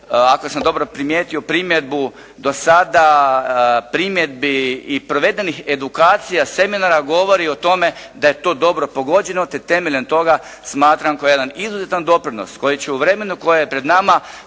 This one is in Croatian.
ako sam dobro primijetio primjedbu, do sada primjedbi i provedenih edukacija i seminara govori o tome da je to dobro pogođeno te temeljem toga smatram kao jedan izuzetan doprinos koji će u vremenu koje je pred nama